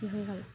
দিতে হবে